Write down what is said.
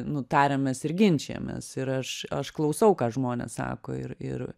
nu tariamės ir ginčijamės ir aš aš klausau ką žmonės sako ir ir